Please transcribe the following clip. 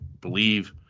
believe